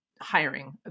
hiring